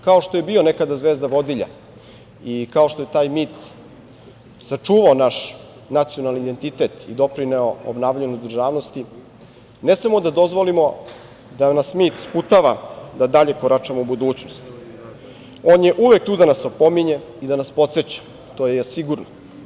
Kao što je bio nekada zvezda vodilja i kao što je taj mit sačuvao naš nacionalni identitet i doprineo obnavljanju državnosti, ne smemo da dozvolimo da nas mit sputava da dalje koračamo u budućnost, on je uvek tu da nas opominje i da nas podseća, to je sigurno.